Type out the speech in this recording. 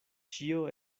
ĉio